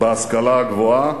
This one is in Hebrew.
בהשכלה הגבוהה.